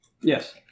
Yes